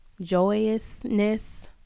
Joyousness